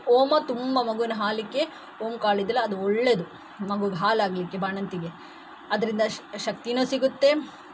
ohm ತುಂಬ ಮಗುವಿನ ಹಾಲಿಗೆ ಓಮ್ ಕಾಳು ಇದೆಯಲ್ಲ ಅದು ಒಳ್ಳೇದು ಮಗುಗೆ ಹಾಲಾಗಲಿಕ್ಕೆ ಬಾಣಂತಿಗೆ ಅದರಿಂದ ಶಕ್ತಿಯೂ ಸಿಗುತ್ತೆ